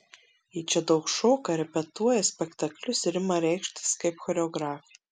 ji čia daug šoka repetuoja spektaklius ir ima reikštis kaip choreografė